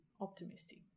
Optimistic